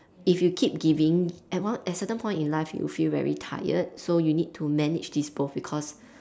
if you keep giving at one at certain point in life you would feel very tired so you need to manage this both because